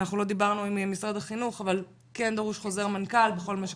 אנחנו לא דיברנו עם משרד החינוך אבל כן דרוש חוזר מנכ"ל בכל מה שקשור.